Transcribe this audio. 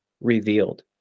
revealed